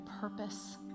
purpose